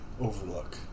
Overlook